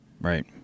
right